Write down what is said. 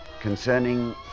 concerning